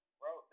bro